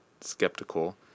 skeptical